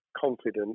confident